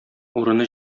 урыны